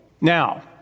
Now